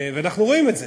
ואנחנו רואים את זה: